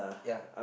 ya